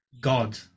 God